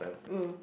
mm